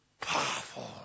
powerful